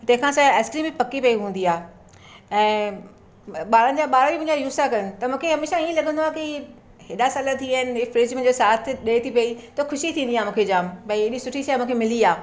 तंहिंखा सवाइ आइस्क्रीम बि पकी पई हूंदी आहे ऐं ॿारनि जा ॿार बि मुंहिंजा यूस था करनि त मूंखे हमेशह ईअं लॻंदो आहे की हेॾा साल थी विया आहिनि हे फ्रिज मुंहिंजो साथ ॾे थी पई त ख़ुशी थींदी आहे मूंखे जामु भई हेॾी सुठी शइ मूंखे मिली आहे